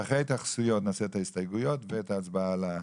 ואחרי ההתייחסויות נעשה את ההסתייגויות ואת ההצבעה על החוק.